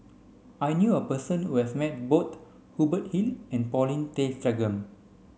I knew a person who has met both Hubert Hill and Paulin Tay Straughan